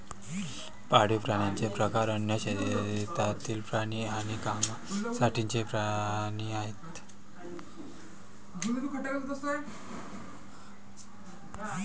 पाळीव प्राण्यांचे प्रकार अन्न, शेतातील प्राणी आणि कामासाठीचे प्राणी आहेत